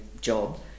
job